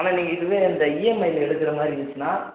ஆனால் நீங்கள் இதுவே இந்த இஎம்ஐயில் எடுக்கிற மாதிரி இருந்துச்சுன்னா